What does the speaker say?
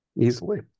easily